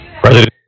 President